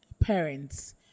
parents